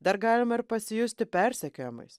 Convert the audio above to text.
dar galima ir pasijusti persekiojamais